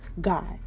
God